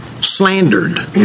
Slandered